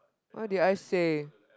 what did I say